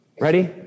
Ready